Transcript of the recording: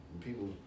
people